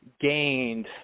gained